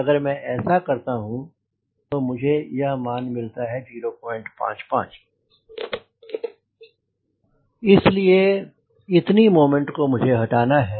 अगर मैं ऐसा करता हूं तो मुझे मान मिलता है 055 इसलिए इतनी मोमेंट को मुझे हटाना है